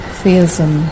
theism